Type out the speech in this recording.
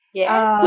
yes